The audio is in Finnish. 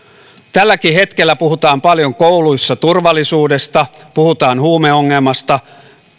tälläkin hetkellä puhutaan paljon kouluissa turvallisuudesta puhutaan huumeongelmasta